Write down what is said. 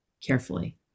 carefully